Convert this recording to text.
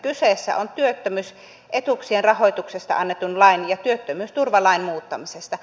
kyse on työttömyysetuuksien rahoituksesta annetun lain ja työttömyysturvalain muuttamisesta